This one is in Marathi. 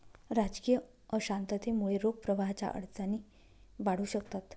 राजकीय अशांततेमुळे रोख प्रवाहाच्या अडचणी वाढू शकतात